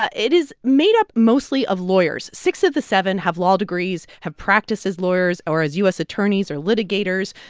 ah it is made up mostly of lawyers. six of the seven have law degrees, have practiced as lawyers or as u s. attorneys or litigators.